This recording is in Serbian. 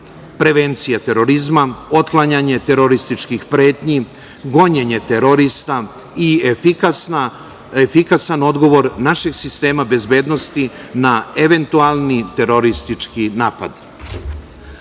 prevencija terorizma, otklanjanje terorističkih pretnji, gonjenje terorista i efikasan odgovor našeg sistema bezbednosti na eventualni teroristički